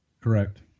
correct